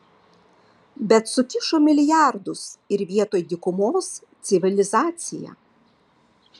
bet sukišo milijardus ir vietoj dykumos civilizacija